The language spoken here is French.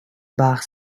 bar